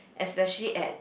especially at